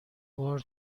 بار